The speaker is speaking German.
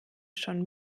schon